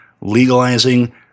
legalizing